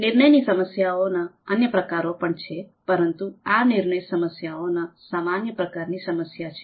નિર્ણયની સમસ્યાઓના અન્ય પ્રકારો પણ છે પરંતુ આ નિર્ણય સમસ્યાઓના સામાન્ય પ્રકારની સમસ્યા છે